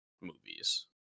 movies